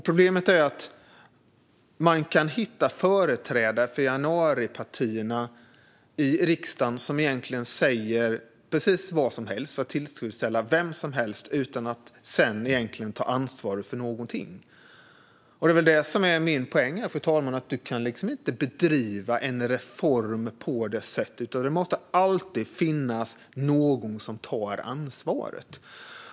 Problemet är att man kan hitta företrädare för januaripartierna i riksdagen som egentligen säger precis vad som helst för att tillfredsställa vem som helst utan att de sedan tar ansvar för någonting. Min poäng, fru talman, är att en reform inte kan drivas på det sättet. Det måste alltid finnas någon som tar ansvaret.